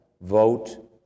vote